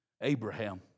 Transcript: Abraham